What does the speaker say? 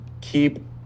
keep